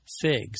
figs